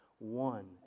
One